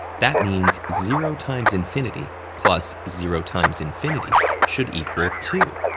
that means zero times infinity plus zero times infinity should equal two.